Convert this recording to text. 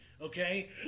okay